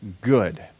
good